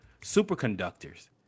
superconductors